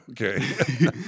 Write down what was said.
Okay